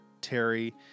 Terry